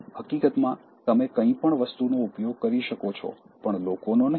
હકીકતમાં તમે કંઈપણ વસ્તુનો ઉપયોગ કરી શકો છો પણ લોકોનો નહીં